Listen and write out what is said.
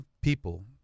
people